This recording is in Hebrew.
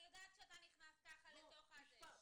אני יודעת כשאתה נכנס ככה לתוך הזה --- לא.